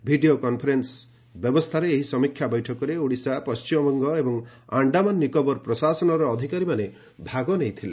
video conference ବ୍ୟବସ୍ଥାରେ ଏହି ସମୀକ୍ଷା ବୈଠକରେ ଓଡ଼ିଶା ପଶ୍ଚିମବଙ୍ଗ ଏବଂ ଆଆଆମାନ ନିକୋବର ପ୍ରଶାସନର ଅଧିକାରୀମାନେ ଭାଗ ନେଇଥିଲେ